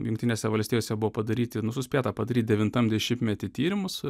jungtinėse valstijose buvo padaryti nu suspėta padaryt devintam dešimtmety tyrimus